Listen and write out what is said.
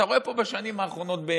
אתה רואה בשנים האחרונות,